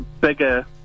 bigger